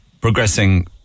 progressing